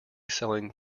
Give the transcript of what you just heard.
selling